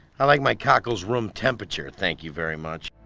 i like my cockles room temperature, thank you very much.